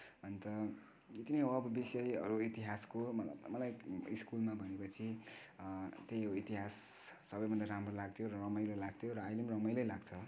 अन्त यति नै हो अब बेसी अरू इतिहासको मलाई स्कुलमा भनेपछि त्यही हो इतिहास सबैभन्दा राम्रो लाग्थ्यो रमाइलो लाग्थ्यो र अहिले पनि रमाइलै लाग्छ